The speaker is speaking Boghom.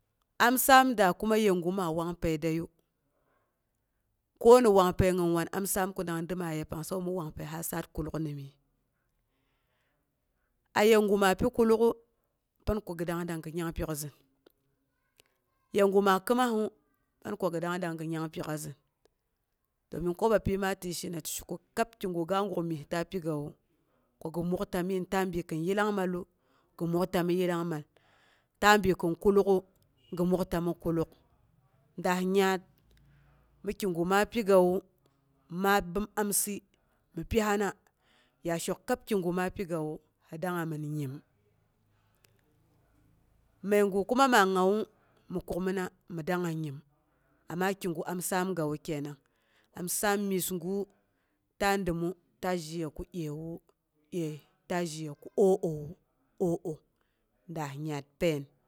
Am saam da kuma yegu ma wangpəi dəiryu ko ni wangpəi gim wan am sam ko dang dəng yepang sabo mi wangpəi ha saat kuluk ni yii. Ayegu ma pi kuluk'u, pan ko gi dang dagi nyangpyəi a, zɨn. Yegu ma kimasu pan kogi dang dagi nyanpyoka. domin ko bapyi ma ti shena ti she ko kah kiga ga guk myes ta bi gawu, ko gi multa mgin, ta bi kan yillang mal. ta bi kin kuluk'u, gi mukta mi kuluk. Daah nyaat mi kigu ma pigawu ma bəom amsɨ mi pihana, ya shok kab kigu ma piguwu hi dangnga min nyim, məigu kuma ma ngawu, mi kukmina mi dangnga nyim. Amma kigu am saamgawu kenang saam myesgu la dəmu ta zheye ko əiwu əi ta zheye ko o'owu, oo daah nyaat pain.